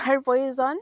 প্ৰয়োজন